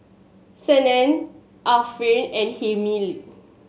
Senin Alfian and Hilmi